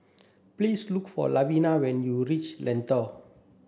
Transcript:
please look for Lavina when you reach Lentor